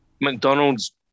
McDonald's